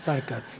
השר כץ.